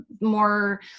more